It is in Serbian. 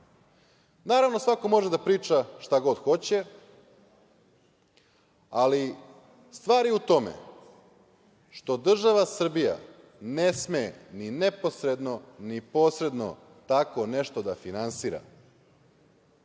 dana. Naravno, svako može da priča šta god hoće, ali stvar je u tome što država Srbije ne sme ni neposredno, ni posredno tako nešto da finansira.